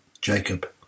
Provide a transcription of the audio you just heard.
Jacob